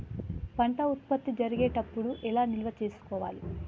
పంట ఉత్పత్తి జరిగేటప్పుడు ఎలా నిల్వ చేసుకోవాలి?